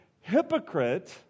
hypocrite